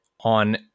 on